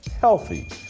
healthy